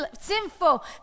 sinful